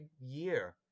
year